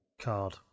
card